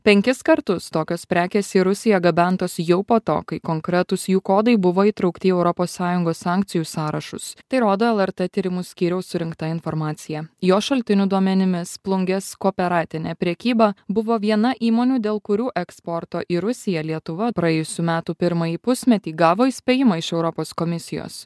penkis kartus tokios prekės į rusiją gabentos jau po to kai konkretūs jų kodai buvo įtraukti į europos sąjungos sankcijų sąrašus tai rodo lrt tyrimų skyriaus surinkta informacija jo šaltinių duomenimis plungės kooperatinė prekyba buvo viena įmonių dėl kurių eksporto į rusiją lietuva praėjusių metų pirmąjį pusmetį gavo įspėjimą iš europos komisijos